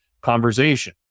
conversation